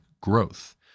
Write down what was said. growth